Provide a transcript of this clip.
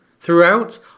Throughout